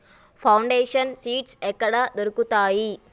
Foundation seeds ఎక్కడ దొరుకుతాయి?